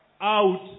Out